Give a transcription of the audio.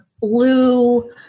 blue